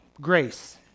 grace